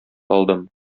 алдым